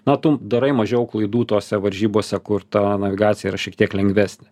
na tu darai mažiau klaidų tose varžybose kur ta navigacija yra šiek tiek lengvesnė